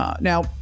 Now